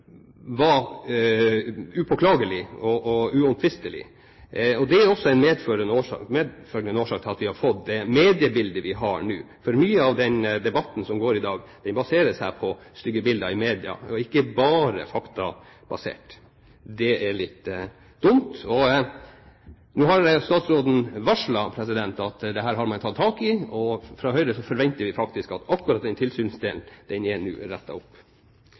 var upåklagelig og uomtvistelig. Det er også en medvirkende årsak til at vi har fått det mediebildet vi har nå, for mye av den debatten som går i dag, baserer seg på stygge bilder i media, og er ikke bare faktabasert. Det er litt dumt. Nå har statsråden varslet at dette har man tatt tak i, og fra Høyres side forventer vi faktisk at akkurat den tilsynsdelen nå er rettet opp. Det er også litt av bildet at vi har et regjeringsparti, som nå